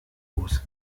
los